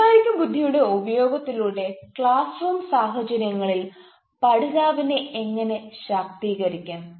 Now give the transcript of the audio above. വൈകാരിക ബുദ്ധിയുടെ ഉപയോഗത്തിലൂടെ ക്ലാസ് റൂം സാഹചര്യങ്ങളിൽ പഠിതാവിനെ എങ്ങനെ ശാക്തീകരിക്കാം